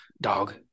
dog